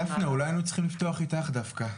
דפנה, אולי היינו צריכים לפתוח איתך דווקא.